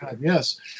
Yes